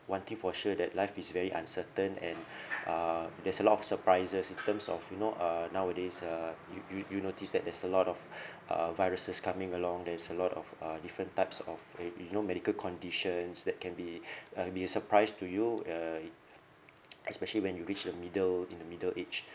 one thing for sure that life is very uncertain and uh there's a lot of surprises in terms of you know uh nowadays uh you you you notice that there's a lot of viruses coming along there's a lot of uh different types of y~ you know medical conditions that can be uh be a surprise to you uh especially when you reach the middle in the middle age